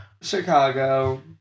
Chicago